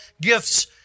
gifts